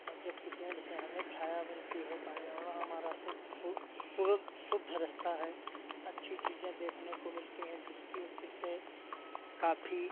और जबकि पेड़ से हमें छाया मिलती है पार्यावरण हमारा सु सु शुद्ध रहता है अच्छी चीज़ें देखने को मिलती हैं जिसकी वजह से काफ़ी